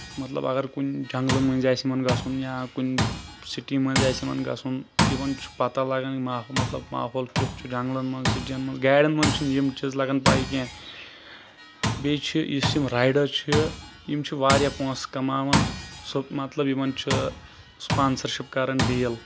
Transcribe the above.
مطلب اَگر کُنہِ جنٛگلہٕ مٔنٛزۍ اَسہِ یِمن گژھُن یا کُنہِ سِٹی منٛز آسہِ یِمن گژھُن یِمن چھُ پَتہ لگان یہِ ماحول مطلب ماحول کیُتھ چھُ جنٛگلَن منٛز سِٹین منٛز گاڑین منٛز چھِ نہٕ یِم چیٖز لگان پاے کیٚنٛہہ بیٚیہِ چھُ یُس یِم رایڈر چھِ یِم چھِ واریاہ پونٛسہٕ کَماوان مطلب یِمن چھُ سپانسرشپ کران ڈیٖل